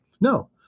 No